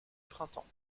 printemps